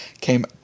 came